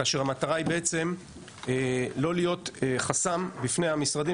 כאשר המטרה היא בעצם לא להיות חסם בפני המשרדים